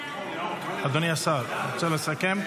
אדוני השר, אתה רוצה לסכם?